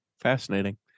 fascinating